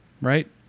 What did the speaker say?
right